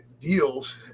deals